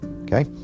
Okay